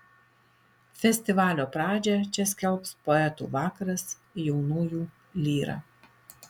festivalio pradžią čia skelbs poetų vakaras jaunųjų lyra